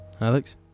Alex